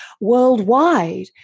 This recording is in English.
worldwide